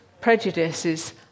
prejudices